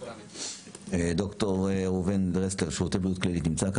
ד"ר דרסלר, שירותי בריאות כללית.